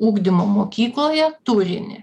ugdymo mokykloje turinį